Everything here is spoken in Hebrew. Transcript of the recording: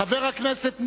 חבר הכנסת מולה,